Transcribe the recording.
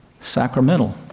sacramental